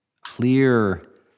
clear